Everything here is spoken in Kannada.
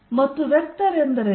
ಮತ್ತು ಈ ವೆಕ್ಟರ್ ಎಂದರೇನು